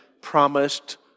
promised